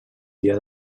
dia